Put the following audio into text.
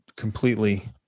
completely